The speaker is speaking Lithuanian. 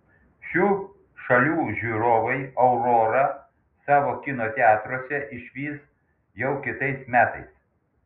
šių šalių žiūrovai aurorą savo kino teatruose išvys jau kitais metais